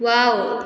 wow